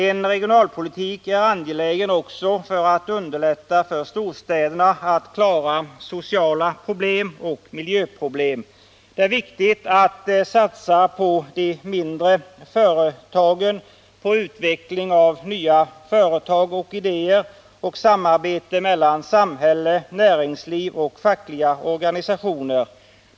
En regionalpolitik är angelägen också för att underlätta för storstäderna att klara sociala problem och miljöproblem. Det är viktigt att satsa på de mindre företagen, på utvecklingen av nya företag och idéer och på samarbete mellan samhälle, näringsliv och fackliga organisationer.